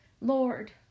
Lord